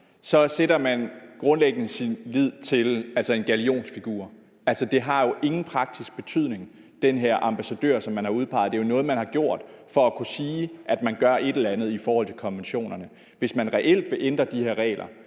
så sætter man grundlæggende sin lid til en galionsfigur. Altså, den her ambassadør, som man har udpeget, har jo ingen praktisk betydning. Det er jo noget, man har gjort for at kunne sige, at man gør et eller andet i forhold til konventionerne. Hvis man reelt vil ændre de her regler,